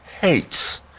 hates